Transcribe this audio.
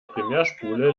primärspule